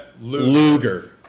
Luger